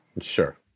Sure